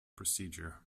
procedure